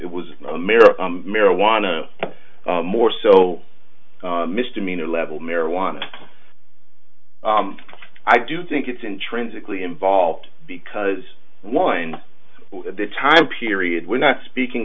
it was a mirror marijuana more so misdemeanor level marijuana i do think it's intrinsically involved because one the time period we're not speaking